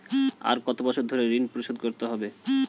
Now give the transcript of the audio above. আর কত বছর ধরে ঋণ পরিশোধ করতে হবে?